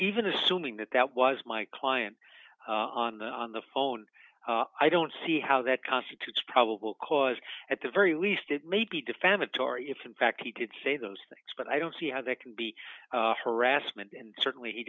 even assuming that that was my client on the on the phone i don't see how that constitutes probable cause at the very least it may be defamatory if in fact he did say those things but i don't see how that can be harassment and certainly he